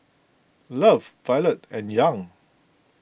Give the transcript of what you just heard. Love Violet and Young